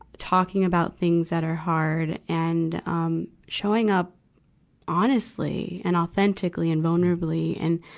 talking about things that are hard, and, um, showing up honestly and authentically and vulnerably and,